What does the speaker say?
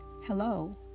Hello